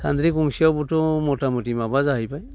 सानद्रि गंसेयावबोथ' मथा मथि माबा जाहैबाय